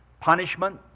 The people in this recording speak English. punishment